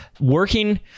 working